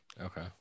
Okay